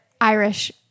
Irish